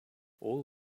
all